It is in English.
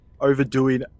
overdoing